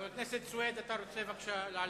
חבר הכנסת סוייד, אתה מתבקש לעלות.